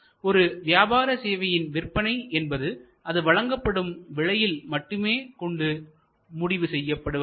ஒரு வியாபார சேவையின் விற்பனை என்பது அது வழங்கப்படும் விலையில் மட்டுமே கொண்டு முடிவு செய்யப்படுவதில்லை